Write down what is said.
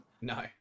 No